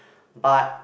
but